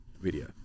video